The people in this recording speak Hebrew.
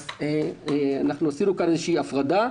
אז אנחנו עשינו כאן איזו הפרדה.